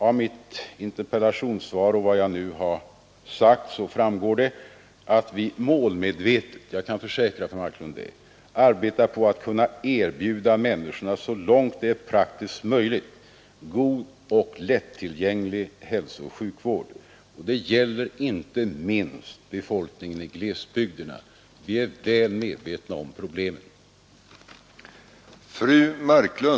Av mitt interpellationssvar och av vad jag nu har sagt framgår det att vi målmedvetet — jag kan försäkra fru Marklund det — arbetar på att kunna erbjuda människorna, så långt det är praktiskt möjligt, god och lättillgänglig hälsooch sjukvård. Det gäller inte minst befolkningen i glesbygderna. Vi är väl medvetna om problemen.